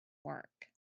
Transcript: work